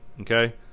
Okay